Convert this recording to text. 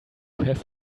have